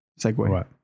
segue